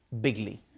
bigly